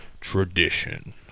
Tradition